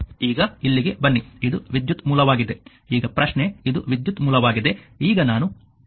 ಈಗ ಇಲ್ಲಿಗೆ ಬನ್ನಿ ಇದು ವಿದ್ಯುತ್ ಮೂಲವಾಗಿದೆ ಈಗ ಪ್ರಶ್ನೆ ಇದು ವಿದ್ಯುತ್ ಮೂಲವಾಗಿದೆ ಈಗ ನಾನು ಅದನ್ನು ಇಲ್ಲಿ ಮಾತ್ರ ಮಾಡುತ್ತಿದ್ದೇನೆ